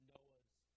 Noah's